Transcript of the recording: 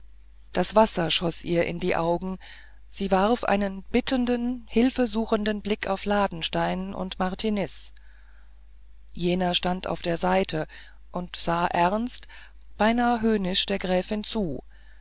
das wasser schoß ihr in die augen sie warf einen bittenden hilfesuchenden blick auf ladenstein und martiniz jener stand auf der seite und sah ernst beinahe höhnisch der gräfin zu